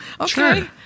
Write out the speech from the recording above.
Okay